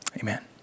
Amen